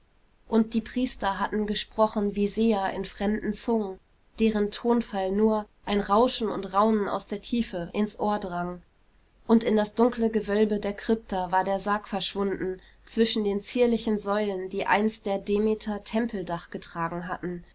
und die priester hatten gesprochen wie seher in fremden zungen deren tonfall nur ein rauschen und raunen aus der tiefe ins ohr drang und in das dunkle gewölbe der krypta war der sarg verschwunden zwischen den zierlichen säulen die einst der demeter tempeldach getragen hatten